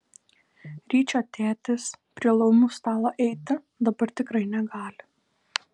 ryčio tėtis prie laumių stalo eiti dabar tikrai negali